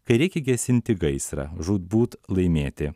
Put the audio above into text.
kai reikia gesinti gaisrą žūtbūt laimėti